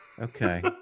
okay